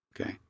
Okay